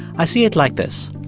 i see it like this.